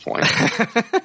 point